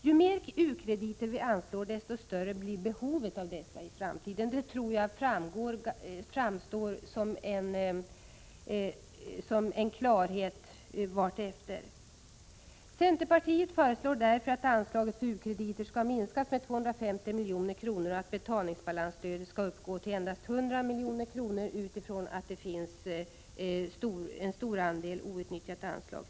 Ju mer u-krediter som anslås, desto större blir behovet av dessa i framtiden — det framstår klart allteftersom. Centerpartiet föreslår därför att anslaget för u-krediter skall minskas med 250 milj.kr. och att betalningsbalansstödet skall uppgå till endast 100 milj.kr., med hänsyn till att det sedan tidigare finns en stor andel outnyttjat anslag.